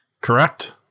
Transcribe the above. Correct